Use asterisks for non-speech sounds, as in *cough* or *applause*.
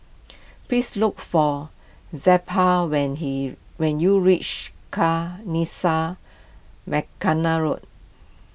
please look for Zelpha when he when you reach Kanisha *unintelligible* Road